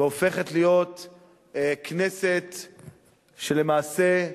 והופכת להיות כנסת שלמעשה,